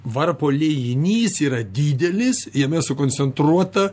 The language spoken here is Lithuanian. varpo liejinys yra didelis jame sukoncentruota